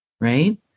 right